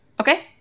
Okay